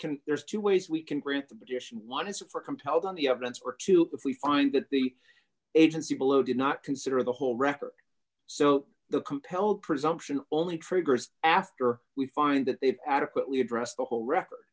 can there's two ways we can bring the position one is for compelled on the evidence or two if we find that the agency below did not consider the whole record so the compelled presumption only triggers after we find that they've adequately addressed the whole record